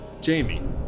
Jamie